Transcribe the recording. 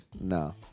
No